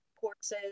courses